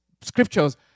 scriptures